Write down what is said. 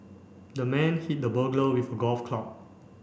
the man hit the burglar with a golf club